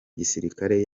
gisirikare